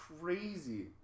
crazy